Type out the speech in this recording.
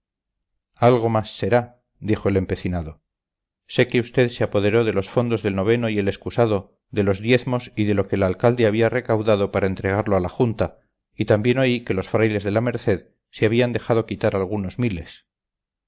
algo más será dijo el empecinado sé que usted se apoderó de los fondos del noveno y el excusado de los diezmos y de lo que el alcalde había recaudado para entregarlo a la junta y también oí que los frailes de la merced se habían dejado quitar algunos miles